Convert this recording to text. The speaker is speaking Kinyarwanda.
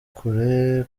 kure